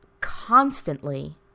constantly